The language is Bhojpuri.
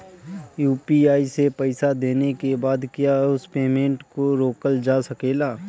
यू.पी.आई से पईसा देने के बाद क्या उस पेमेंट को रोकल जा सकेला?